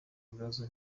ikibazo